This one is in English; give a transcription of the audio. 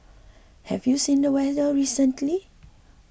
have you seen the weather recently